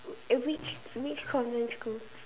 eh which which convent school